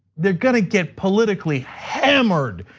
they're gonna get politically hammered.